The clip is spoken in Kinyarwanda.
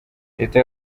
leta